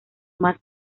más